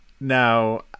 now